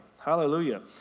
Hallelujah